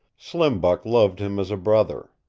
slim buck loved him as a brother.